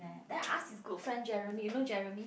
ya then ask his good friend Jeremy you know Jeremy